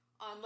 on